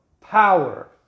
power